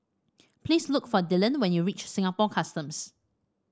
please look for Dillan when you reach Singapore Customs